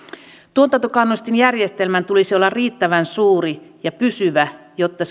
tuotantokannustinjärjestelmän tulisi olla riittävän suuri ja pysyvä jotta